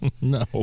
No